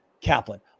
Kaplan